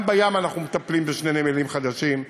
גם בים אנחנו מטפלים בשני נמלים חדשים,